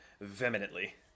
vehemently